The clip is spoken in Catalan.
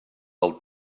del